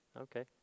Okay